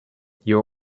you